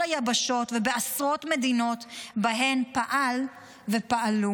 היבשות ובעשרות מדינות שבהן פעל ופעלו.